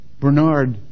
Bernard